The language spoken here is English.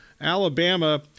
Alabama